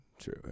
True